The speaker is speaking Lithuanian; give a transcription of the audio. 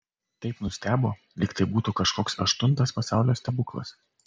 taip nustebo lyg tai būtų kažkoks aštuntas pasaulio stebuklas